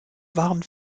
waren